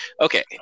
okay